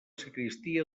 sagristia